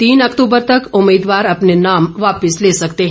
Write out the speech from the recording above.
तीन अक्तूबर तक उम्मीदवार अपने नाम वापिस ले सकते हैं